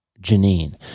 Janine